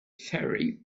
ferry